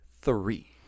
Three